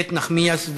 איילת נחמיאס ורבין,